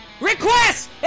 Request